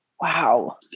Wow